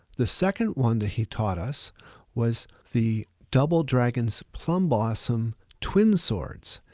the second one that he taught us was the double dragons plum blossom twin swords.